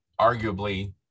arguably